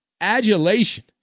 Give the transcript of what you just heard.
adulation